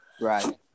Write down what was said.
Right